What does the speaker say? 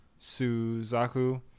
Suzaku